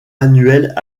annuelles